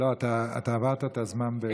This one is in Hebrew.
לא, אתה עברת את הזמן.